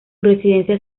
residencia